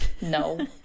no